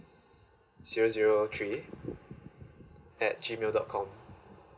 zero zero three at G mail dot com